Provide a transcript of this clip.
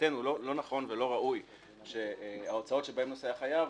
לדעתנו לא נכון ולא ראוי שההוצאות שבהן נושא החייב